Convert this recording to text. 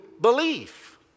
belief